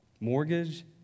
mortgage